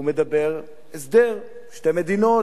הוא מדבר על הסדר בין שתי מדינות.